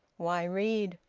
why read?